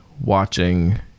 watching